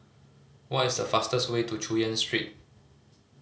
what is the fastest way to Chu Yen Street